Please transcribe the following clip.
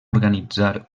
organitzar